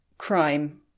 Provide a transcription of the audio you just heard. Crime